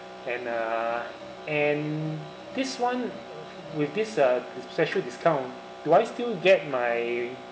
and uh and this [one] with this uh the special discount do I still get my